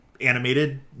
animated